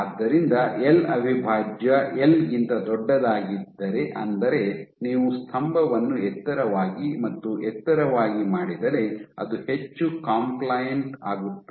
ಆದ್ದರಿಂದ ಎಲ್ ಅವಿಭಾಜ್ಯ ಎಲ್ ಗಿಂತ ದೊಡ್ಡದಾಗಿದ್ದರೆ ಅಂದರೆ ನೀವು ಸ್ತಂಭವನ್ನು ಎತ್ತರವಾಗಿ ಮತ್ತು ಎತ್ತರವಾಗಿ ಮಾಡಿದರೆ ಅದು ಹೆಚ್ಚು ಕಂಪ್ಲೈಂಟ್ ಆಗುತ್ತದೆ